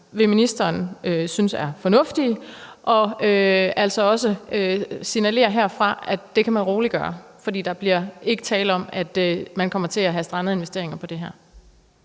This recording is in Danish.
vil ministeren synes er fornuftige, og altså også signalere herfra, at det kan man roligt gøre, fordi der ikke bliver tale om, at man kommer til at have strandede investeringer på det her.